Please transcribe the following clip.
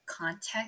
context